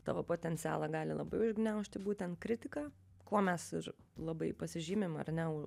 tavo potencialą gali labai užgniaužti būtent kritika kuo mes ir labai pasižymim ar ne